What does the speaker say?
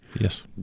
Yes